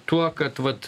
tuo kad vat